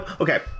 okay